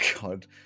God